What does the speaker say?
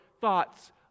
thoughts